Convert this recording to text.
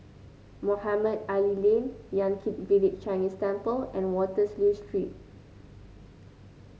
Mohamed Ali Lane Yan Kit Village Chinese Temple and Waterloo Street